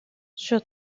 sur